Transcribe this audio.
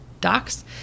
docs